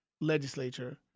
legislature